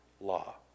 law